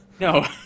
No